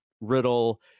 riddle